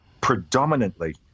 predominantly